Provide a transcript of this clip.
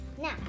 now